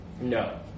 No